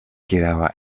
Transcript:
quedaba